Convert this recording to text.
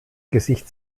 gesicht